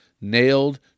nailed